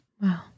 Wow